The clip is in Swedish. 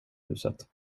huset